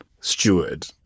steward